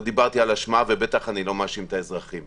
לא דיברתי על אשמה ובטח שאני לא מאשים את האזרחים.